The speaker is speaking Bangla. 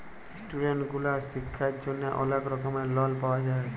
ইস্টুডেন্ট গুলার শিক্ষার জন্হে অলেক রকম লন পাওয়া যায়